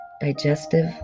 digestive